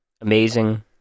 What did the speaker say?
Amazing